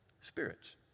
spirits